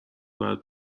باید